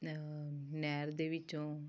ਨਹਿਰ ਦੇ ਵਿੱਚੋਂ